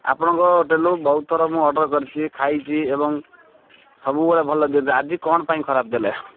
ଆପଣଙ୍କ ହୋଟେଲ୍ରୁ ବହୁତଥର ମୁଁ ଅର୍ଡ଼ର୍ କରିଛି ଖାଇଛି ଏବଂ ସବୁବେଳେ ଭଲ ଦିଅନ୍ତି ଆଜି କ'ଣ ପାଇଁ ଖରାପ ଦେଲେ